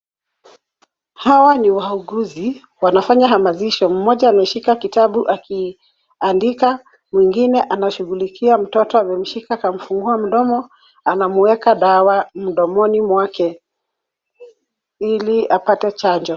Hawa ni wauguzi, wanafanya hamasisho. Mmoja ameshika kitabu akiandika, mwingine anashughulikia mtoto, amemshika akamfungua mdomo. Anamweka dawa mdomoni mwake ili apate chanjo.